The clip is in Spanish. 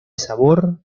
sabor